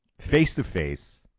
face-to-face